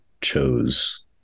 chose